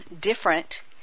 different